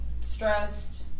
stressed